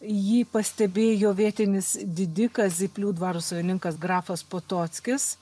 jį pastebėjo vietinis didikas zyplių dvaro savininkas grafas potockis